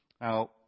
Now